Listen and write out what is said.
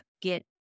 get